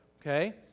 okay